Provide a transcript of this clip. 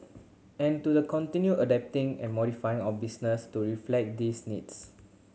and to the continue adapting and modifying our business to reflect these needs